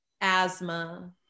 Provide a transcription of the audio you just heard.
asthma